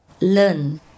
learn